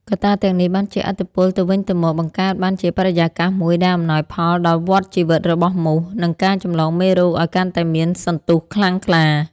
កត្តាទាំងនេះបានជះឥទ្ធិពលទៅវិញទៅមក បង្កើតបានជាបរិយាកាសមួយដែលអំណោយផលដល់វដ្តជីវិតរបស់មូស និងការចម្លងមេរោគឱ្យកាន់តែមានសន្ទុះខ្លាំងក្លា។